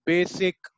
Basic